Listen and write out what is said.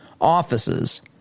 offices